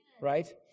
right